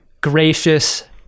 gracious